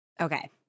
Okay